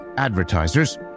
Advertisers